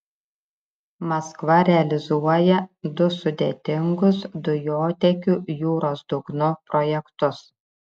maskva realizuoja du sudėtingus dujotiekių jūros dugnu projektus